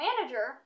manager